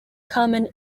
common